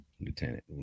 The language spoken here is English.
Lieutenant